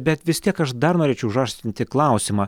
bet vis tiek aš dar norėčiau užaštrinti klausimą